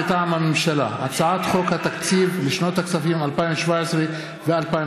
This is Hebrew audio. מטעם הממשלה: הצעת חוק התקציב לשנות הכספים 2017 ו-2018,